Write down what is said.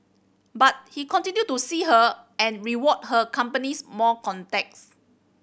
but he continued to see her and rewarded her companies more contacts